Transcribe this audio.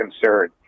concerned